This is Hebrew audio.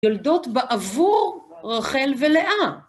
יולדות בעבור רחל ולאה.